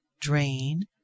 drain